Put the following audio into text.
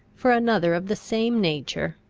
for another of the same nature,